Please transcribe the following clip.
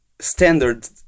Standard